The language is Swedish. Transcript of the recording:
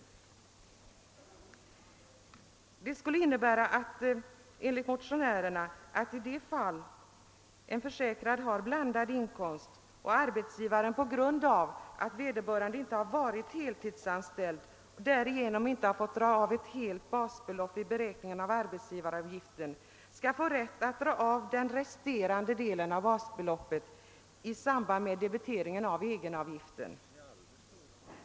Ändringen skulle enligt motionärerna innebära, att i det fall den försäkrade har blandad inkomst och arbetsgivaren på grund av att vederbörande inte har varit heltidsanställd inte har fått dra av ett helt basbelopp vid beräkningen av arbetsgivaravgiften skall den försäkrade kunna få rätt att dra av resterande del av basbeloppet i samband med debiteringen av egenavgiften.